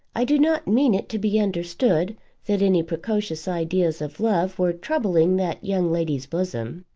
i do not mean it to be understood that any precocious ideas of love were troubling that young lady's bosom.